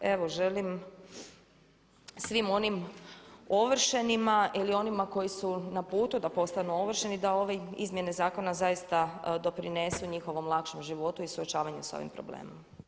Pa evo želim svim onim ovršenima ili onima koji su na putu da postanu ovršeni da ove izmjene zakona zaista doprinesu njihovom lakšem životu i suočavanju s ovim problemom.